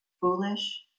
foolish